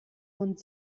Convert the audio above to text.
hund